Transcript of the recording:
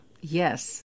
yes